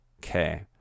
okay